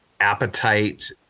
appetite